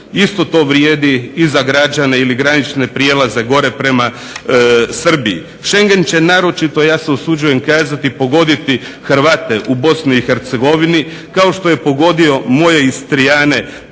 Isto to vrijedi za granične prijelaze gore prema Srbiji. Šengen će naročito pogoditi Hrvate u Bosni i Hercegovini kao što je pogodio moje Istrijane tamo